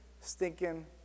stinking